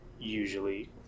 usually